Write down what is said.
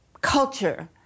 culture